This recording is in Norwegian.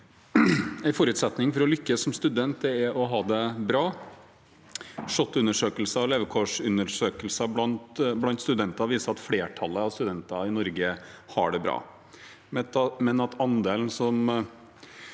En forutsetning for å lykkes som student, er å ha det bra. SHoT-undersøkelsen og levekårsundersøkelsen blant studenter viser at flertallet av studenter i Norge har det bra,